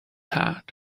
heart